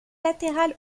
latérale